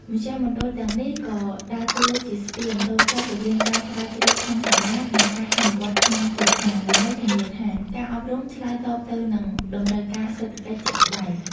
មជ្ឈមណ្ឌលទាំងនេះក៏ដើរតួជា "ស្ពាន" តភ្ជាប់រវាងការស្រាវជ្រាវក្នុងសាលា និងការអនុវត្តក្នុងទីផ្សារ ដើម្បីធានាថាការអប់រំឆ្លើយតបទៅនឹងតម្រូវការសេដ្ឋកិច្ចជាក់ស្ដែង។